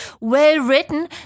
well-written